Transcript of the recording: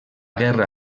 guerra